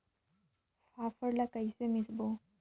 फाफण ला कइसे मिसबो?